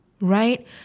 right